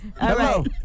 Hello